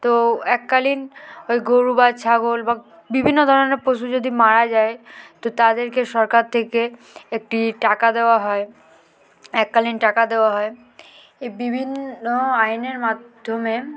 তো এককালীন ওই গরু বা ছাগল বা বিভিন্ন ধরনের পশু যদি মারা যায় তো তাদেরকে সরকার থেকে একটি টাকা দেওয়া হয় এককালীন টাকা দেওয়া হয় এই বিভিন্ন আইনের মাধ্যমে